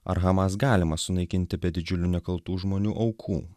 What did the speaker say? ar hamas galima sunaikinti be didžiulių nekaltų žmonių aukų